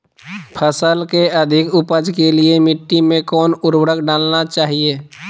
फसल के अधिक उपज के लिए मिट्टी मे कौन उर्वरक डलना चाइए?